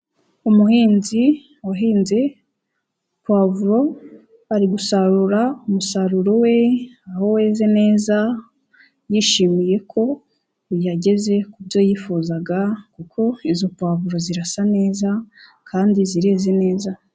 Umuhinzi wahinze pavuro, ari gusarura umusaruro we aho weze neza, yishimiye ko yageze ku byo yifuzaga kuko izo pavuro zirasa neza kandi zireze neza.